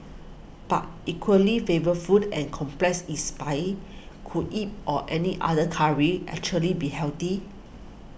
but equally flavour food and complex in spice could it or any other curry actually be healthy